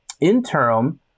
interim